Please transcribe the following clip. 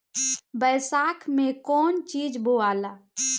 बैसाख मे कौन चीज बोवाला?